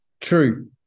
True